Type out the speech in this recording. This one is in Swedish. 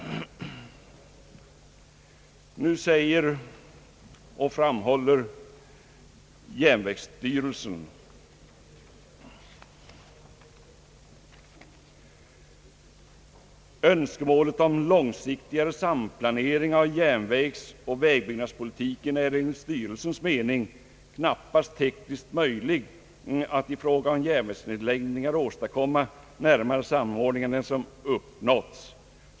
Nu framhåller järnvägsstyrelsen beträffande önskemålet om långsiktigare samplanering av järnvägsoch vägbyggnadspolitiken, att det enligt styrelsens mening knappast är möjligt att i fråga om järnvägsnedläggningar åstadkomma närmare samordning än den som uppnåtts.